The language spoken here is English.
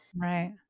Right